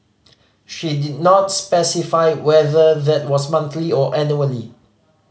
she did not specify whether that was monthly or annually